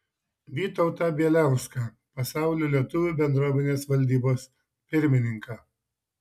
vytautą bieliauską pasaulio lietuvių bendruomenės valdybos pirmininką